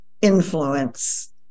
influence